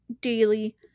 daily